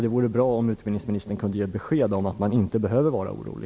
Det vore bra om utbildningsministern kunde ge ett besked om att man inte behöver vara orolig.